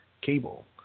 cable